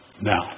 now